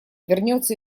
вернется